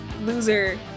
loser